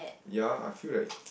ya I feel like